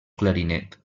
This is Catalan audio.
clarinet